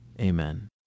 Amen